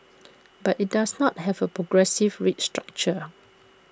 but IT does not have A progressive rate structure